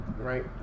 Right